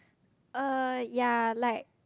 uh ya like